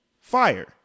Fire